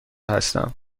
هستم